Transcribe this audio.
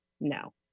No